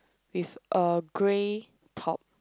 with a grey top